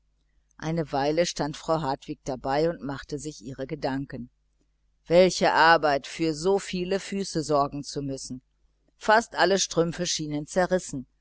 eine kleine weile stand frau hartwig dabei und machte sich ihre gedanken welche arbeit für soviel füße sorgen zu müssen fast alle strümpfe schienen zerrissen